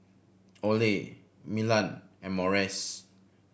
Olay Milan and Morries